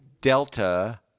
delta